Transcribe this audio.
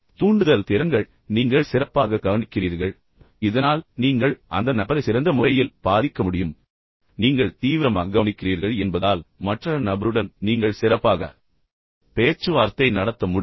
எனவே தூண்டுதல் திறன்கள் நீங்கள் சிறப்பாகக் கவனிக்கிறீர்கள் இதனால் நீங்கள் அந்த நபரை சிறந்த முறையில் பாதிக்க முடியும் நீங்கள் தீவிரமாக கவனிக்கிறீர்கள் என்பதால் மற்ற நபருடன் நீங்கள் சிறப்பாக பேச்சுவார்த்தை நடத்த முடியும்